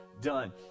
done